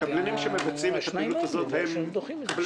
הקבלנים שמבצעים את הפעילות הזאת הם קבלנים